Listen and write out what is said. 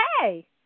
hey